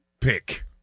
pick